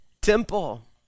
temple